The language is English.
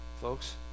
Folks